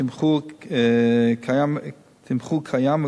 תמחור קיים,